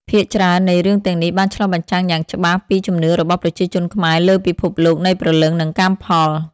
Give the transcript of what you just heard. ភាគច្រើននៃរឿងទាំងនេះបានឆ្លុះបញ្ចាំងយ៉ាងច្បាស់ពីជំនឿរបស់ប្រជាជនខ្មែរលើពិភពលោកនៃព្រលឹង និងកម្មផល។